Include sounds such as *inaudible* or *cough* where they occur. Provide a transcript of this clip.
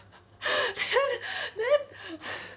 *laughs* then then *laughs*